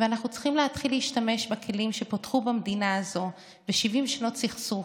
ואנחנו צריכים להתחיל להשתמש בכלים שפותחו במדינה הזאת ב-70 שנות סכסוך,